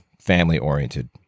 family-oriented